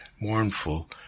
mournful